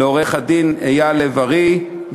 לעורך-הדין אייל לב-ארי,